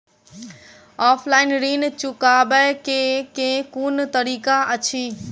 Offline ऋण चुकाबै केँ केँ कुन तरीका अछि?